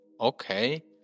okay